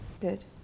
good